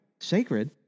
Sacred